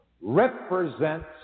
represents